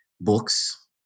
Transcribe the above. books